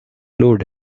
load